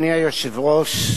אדוני היושב-ראש,